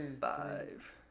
five